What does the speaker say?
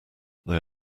they